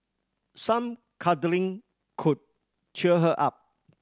some cuddling could cheer her up